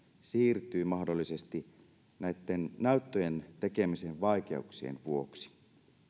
siirtyy mahdollisesti näyttöjen tekemisen vaikeuksien vuoksi